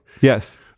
yes